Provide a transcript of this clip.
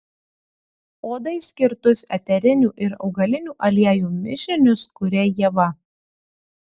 odai skirtus eterinių ir augalinių aliejų mišinius kuria ieva